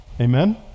Amen